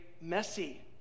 messy